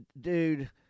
dude